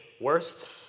worst